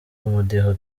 umudiho